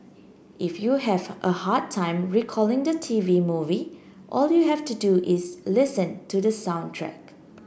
if you have a hard time recalling the T V movie all you have to do is listen to the soundtrack